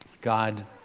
God